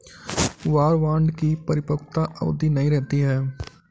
war bond की परिपक्वता अवधि नहीं रहती है